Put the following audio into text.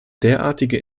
derartige